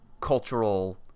cultural